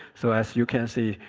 so as you can see,